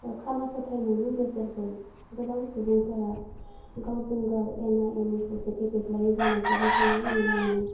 खाना फोथायनायनि गेजेरजों गोबां सुबुंफोरा गावजों गाव एना एनि खौसेथि गैज्लायै जानायखौबो जोङो नुनो मोनो